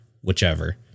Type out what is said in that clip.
whichever